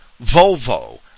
Volvo